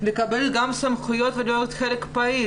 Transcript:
לקבל גם סמכויות ולהיות חלק פעיל,